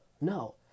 no